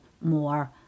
more